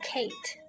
Kate